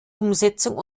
umsetzung